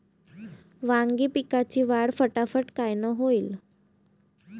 वांगी पिकाची वाढ फटाफट कायनं होईल?